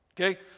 okay